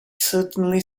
certainly